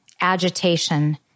Agitation